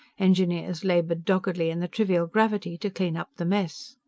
engineers labored doggedly in the trivial gravity to clean up the mess.